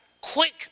Quick